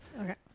Okay